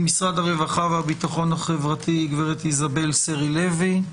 ממשרד הרווחה והביטחון החברתי גברת איזבל סרי לוי,